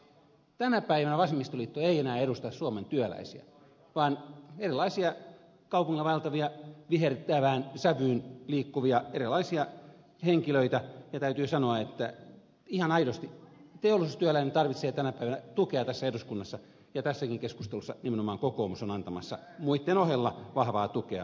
tänä päivänä vasemmistoliitto ei enää edusta suomen työläisiä vaan erilaisia kaupungilla vaeltavia vihertävään sävyyn liikkuvia henkilöitä ja täytyy sanoa että ihan aidosti teollisuustyöläinen tarvitsee tänä päivänä tukea tässä eduskunnassa ja tässäkin keskustelussa nimenomaan kokoomus on antamassa muitten ohella vahvaa tukea suomalaiselle työmiehelle